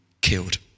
killed